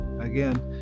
again